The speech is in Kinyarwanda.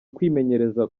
kwimenyereza